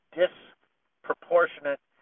disproportionate